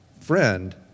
friend